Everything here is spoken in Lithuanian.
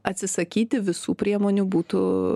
atsisakyti visų priemonių būtų